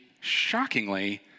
shockingly